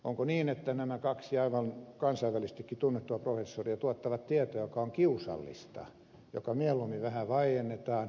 onko niin että nämä kaksi aivan kansainvälisestikin tunnettua professoria tuottavat tietoa joka on kiusallista joka mieluummin vähän vaiennetaan